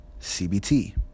CBT